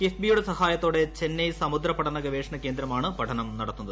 കിഫ്ബിയുടെ സഹായത്തോടെ ചെന്നൈ സമുദ്ര പഠന ഗവേഷണ കേന്ദ്രമാണ് പഠനം നടത്തുന്നത്